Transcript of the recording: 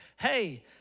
hey